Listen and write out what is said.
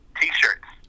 t-shirts